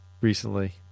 recently